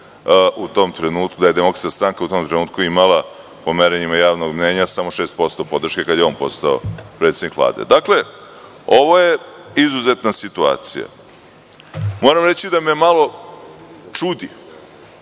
u pitanju bio DOS i da je DS u tom trenutku imala, po merenjima javnog mnjenja, samo 6% podrške kada je on postao predsednik Vlade. Dakle, ovo je izuzetna situacija. Moram reći da me malo čudi,